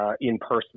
in-person